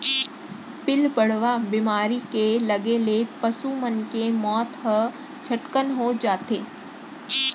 पिलबढ़वा बेमारी के लगे ले पसु मन के मौत ह झटकन हो जाथे